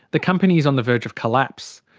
the company is on the verge of collapse.